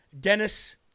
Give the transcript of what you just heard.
Dennis